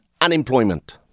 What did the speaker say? unemployment